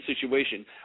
situation